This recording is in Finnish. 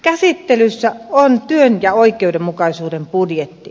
käsittelyssä on työn ja oikeudenmukaisuuden budjetti